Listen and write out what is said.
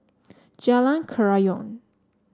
Jalan Kerayong